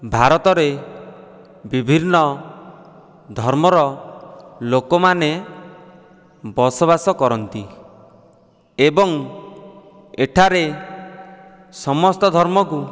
ଭାରତରେ ବିଭିନ୍ନ ଧର୍ମର ଲୋକମାନେ ବସବାସ କରନ୍ତି ଏବଂ ଏଠାରେ ସମସ୍ତ ଧର୍ମକୁ